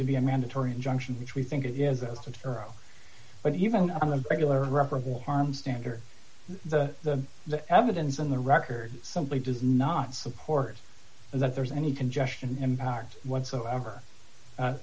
to be a mandatory injunction which we think it is a sort of but even on a regular reparable harm standard the evidence in the record simply does not support that there's any congestion impact whatsoever